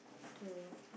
true